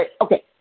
okay